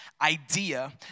idea